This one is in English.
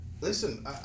listen